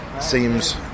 seems